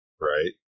Right